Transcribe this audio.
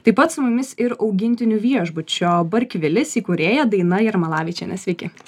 taip pat su mumis ir augintinių viešbučio barkvilis įkūrėja daina jarmalavičienė sveiki